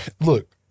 look